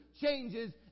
changes